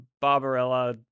Barbarella